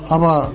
Aber